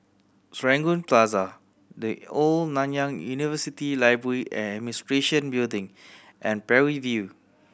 Serangoon Plaza The Old Nanyang University Library and Administration Building and Parry View